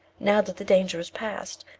now that the danger is past,